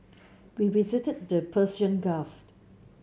we visited the Persian Gulf